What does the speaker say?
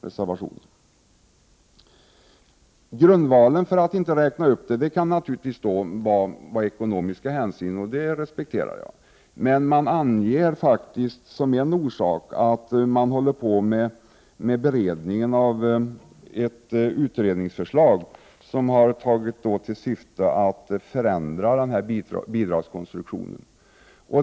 Anledningen till att man inte räknar upp bidraget kan vara ekonomiska hänsyn, och det respekterar jag. Men man anger faktiskt som en orsak att det pågår en beredning med syfte att förändra denna bidragskonstruktion.